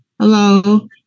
Hello